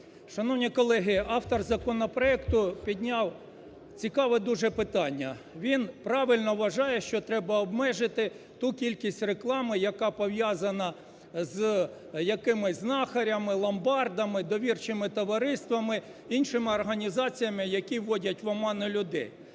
Шановні колеги, автор законопроекту підняв цікаве дуже питання, він правильно вважає, що треба обмежити ту кількість реклами, яка пов'язана з якимись знахарями, ломбардами, довірчими товариствами, іншими організаціями, які вводять в оману людей.